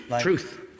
Truth